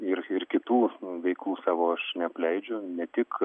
ir ir kitų veiklų savo aš neapleidžiu ne tik